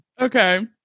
Okay